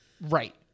Right